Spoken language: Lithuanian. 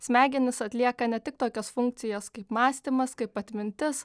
smegenys atlieka ne tik tokias funkcijas kaip mąstymas kaip atmintis